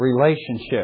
relationship